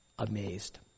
amazed